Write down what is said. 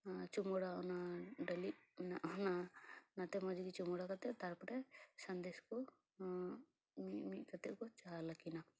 ᱪᱩᱢᱳᱲᱟ ᱚᱱᱟ ᱰᱟᱹᱞᱤᱡ ᱚᱱᱟ ᱚᱱᱟ ᱛᱮ ᱢᱚᱡᱽ ᱜᱮ ᱪᱩᱢᱳᱲᱟ ᱠᱟᱛᱮ ᱛᱟᱨᱯᱚᱨᱮ ᱥᱟᱸᱫᱮᱥ ᱠᱚ ᱢᱤᱫ ᱢᱤᱫ ᱠᱟᱛᱮ ᱠᱚ ᱪᱟᱞ ᱟᱠᱤᱱᱟᱹ